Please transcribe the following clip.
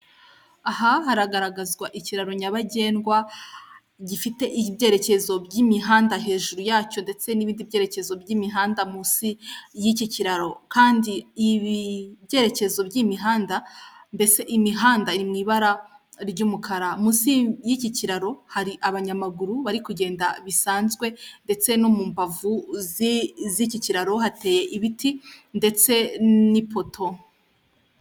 Aha haragaragazwa ikiraro nyabagendwa gifite ibyerekezo by'imihanda hejuru yacyo ndetse n'ibindi byerekezo by'imihanda munsi y'iki kiraro, kandi ibi byerekezo by'imihanda mbese imihanda, iri mu ibara ry'umukara munsi y'iki kiraro hari abanyamaguru bari kugenda bisanzwe ndetse no mu mbavu z'ikikirararo hateye ibiti ndetse n'ipoto.